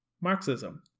Marxism